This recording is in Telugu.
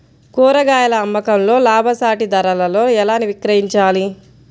కూరగాయాల అమ్మకంలో లాభసాటి ధరలలో ఎలా విక్రయించాలి?